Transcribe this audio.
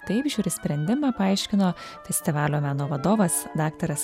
taip žiuri sprendimą paaiškino festivalio meno vadovas daktaras